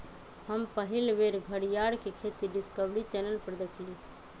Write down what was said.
हम पहिल बेर घरीयार के खेती डिस्कवरी चैनल पर देखली